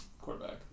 quarterback